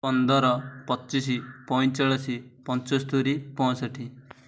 ପନ୍ଦର ପଚିଶି ପଇଁଚାଳିଶି ପଞ୍ଚସ୍ତରୀ ପଞ୍ଚଷଠି